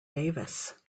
davis